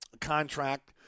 contract